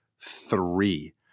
three